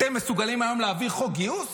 אתם מסוגלים היום להעביר חוק הגיוס?